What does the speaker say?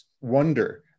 wonder